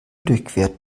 durchquert